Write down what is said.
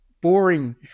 boring